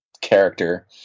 character